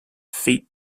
feet